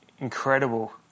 incredible